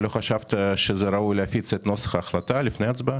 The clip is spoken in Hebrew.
לא חשבת שראוי להפיץ נוסח החלטה לפני הצבעה?